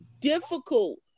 difficult